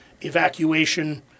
evacuation